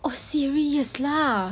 oh serious lah